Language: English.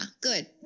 good